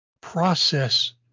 process